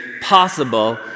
possible